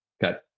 got